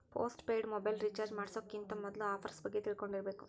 post paid mobile recharge ಮಾಡ್ಸೋಕ್ಕಿಂತ ಮೊದ್ಲಾ offers ಬಗ್ಗೆ ತಿಳ್ಕೊಂಡಿರ್ಬೇಕ್